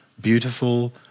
beautiful